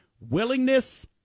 willingness